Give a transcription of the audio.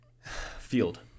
Field